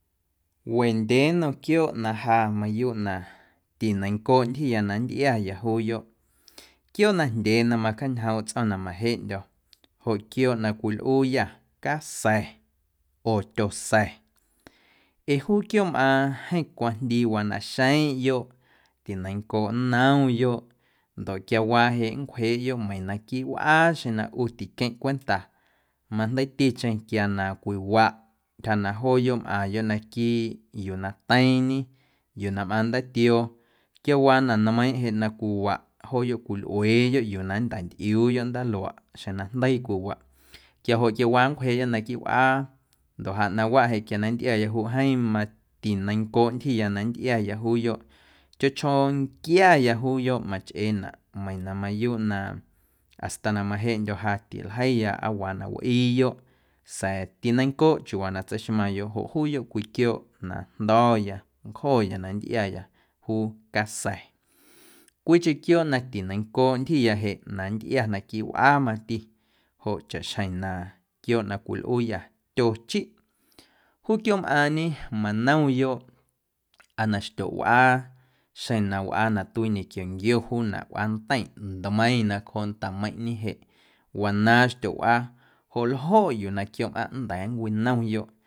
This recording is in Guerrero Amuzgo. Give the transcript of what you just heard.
Wendyee nnom quiooꞌ na mayuuꞌ na ja na tineiⁿncooꞌ ntyjiya na nntꞌiaya juuyoꞌ quiooꞌ najndyee na macaañjoomꞌ tsꞌo̱ⁿ na majeꞌndyo̱ joꞌ quiooꞌ na cwilꞌuuyâ casa̱ oo tyosa̱ ee juu quiooꞌmꞌaaⁿ jeeⁿ cwajndiiwaa naxeⁿꞌyoꞌ, tineiⁿncooꞌ nnomyoꞌ ndoꞌ quiawaa jeꞌ nncwjeeꞌyoꞌ meiiⁿ naquiiꞌ wꞌaa xeⁿ na ꞌu tiqueⁿꞌ cwenta majndeiiticheⁿ quia na cwiwaꞌ ntyja na jooyoꞌ mꞌaⁿyoꞌ naquiiꞌ yuu na teiiⁿñe, yuu na mꞌaaⁿ ndaatioo quiawaa na nmeiiⁿꞌ jeꞌ na cwiwaꞌ jooyoꞌ cwilꞌueeyoꞌ yuu na nntantꞌiuuyoꞌ ndaaluaꞌ xeⁿ na jndeii cwiwaꞌ quiajoꞌ quiawaa nncwjeeꞌyoꞌ naquiiꞌ wꞌaa ndoꞌ ja ꞌnaⁿwaꞌ jeꞌ quia na nntꞌiaya joꞌ jeeⁿ matineiⁿncooꞌ ntyjiya na nntꞌiaya juuyoꞌ chjoo chjoo nquiaya juuyoꞌ machꞌeenaꞌ meiiⁿ na mayuuꞌ na hasta na majeꞌndyo̱ ja tiljeiya aa waa na wꞌiiyoꞌ sa̱a̱ tineiⁿncooꞌ chiuuwaa na tseixmaⁿyoꞌ joꞌ juuyoꞌ cwii quiooꞌ na jndo̱ya ncjoya na nntꞌiaya juu casa̱. Cwiicheⁿ quiooꞌ na tineiⁿncooꞌ ntyjiya jeꞌ na nntꞌia naquiiꞌ wꞌaa mati joꞌ chaꞌxjeⁿ na quiooꞌ na cwilꞌuuyâ tyochiꞌ juu quiooꞌmꞌaaⁿñe manomyoꞌ aa na xtyoꞌwꞌaa xeⁿ na wꞌaa na tuii ñequio nquio juunaꞌ wꞌaanteiⁿꞌ ntmeiⁿ nacjooꞌ ntameiⁿꞌñe jeꞌ wanaaⁿ xtyoꞌwꞌaa joꞌ ljoꞌ yuu na quiooꞌmꞌaⁿꞌ nnda̱a̱ nncwinomyoꞌ.